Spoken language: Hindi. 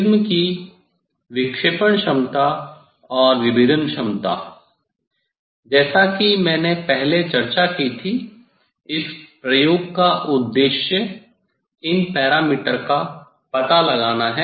प्रिज्म की विक्षेपण क्षमता और विभेदन क्षमता जैसा कि मैंने पहले चर्चा की थी इस प्रयोग का उद्देश्य इन पैरामीटर का पता लगाना है